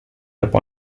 also